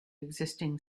existing